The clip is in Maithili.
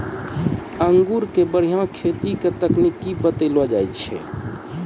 अंगूर के बढ़िया खेती के तकनीक बतइलो जाय छै